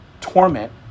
torment